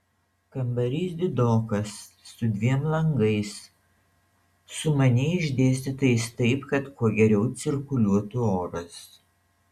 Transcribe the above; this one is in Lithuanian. kambarys didokas su dviem langais sumaniai išdėstytais taip kad kuo geriau cirkuliuotų oras